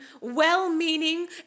well-meaning